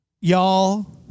y'all